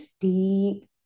deep